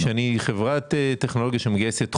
כשאני חברת טכנולוגיה שמגייסת חוב,